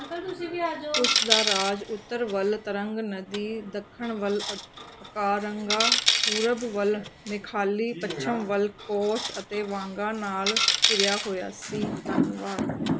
ਉਸ ਦਾ ਰਾਜ ਉੱਤਰ ਵੱਲ ਤਰੰਗ ਨਦੀ ਦੱਖਣ ਵੱਲ ਅ ਅਕਾਰੰਗਾ ਪੂਰਬ ਵੱਲ ਮੇਖਾਲੀ ਪੱਛਮ ਵੱਲ ਕੋਚ ਅਤੇ ਵਾਂਗਾ ਨਾਲ ਘਿਰਿਆ ਹੋਇਆ ਸੀ